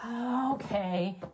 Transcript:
Okay